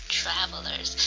travelers